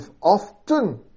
often